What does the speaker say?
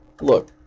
look